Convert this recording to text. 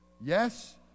Yes